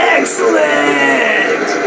Excellent